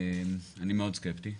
אני מאוד סקפטי.